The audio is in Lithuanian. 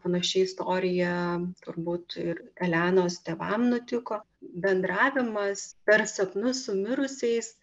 panaši istorija turbūt ir elenos tėvam nutiko bendravimas per sapnus su mirusiais